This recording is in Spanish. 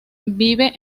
vive